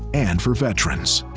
and for veterans.